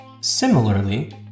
Similarly